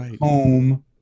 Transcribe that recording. home